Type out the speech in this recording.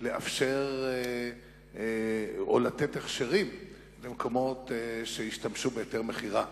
לאפשר או לתת הכשרים למקומות שהשתמשו בהיתר המכירה.